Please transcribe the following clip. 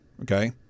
okay